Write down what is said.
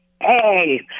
Hey